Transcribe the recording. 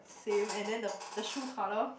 same and then the the shoe colour